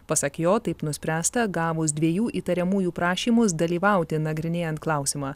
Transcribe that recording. pasak jo taip nuspręsta gavus dviejų įtariamųjų prašymus dalyvauti nagrinėjant klausimą